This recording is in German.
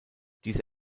diese